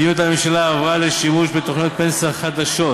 מדיניות הממשלה עברה לשימוש בתוכניות פנסיה חדשות,